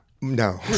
No